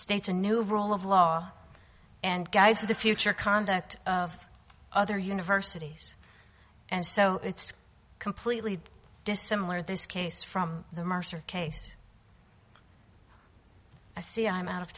states a new rule of law and guide to the future conduct of other universities and so it's completely dissimilar this case from the mercer case i see i'm out of